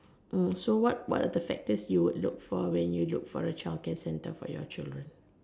uh so what what are the factors would you look for when you look for a child care centre for your children